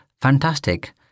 fantastic